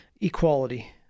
equality